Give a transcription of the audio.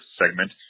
segment